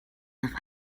nach